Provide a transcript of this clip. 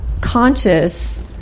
conscious